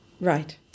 Right